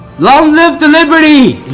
long live the liberty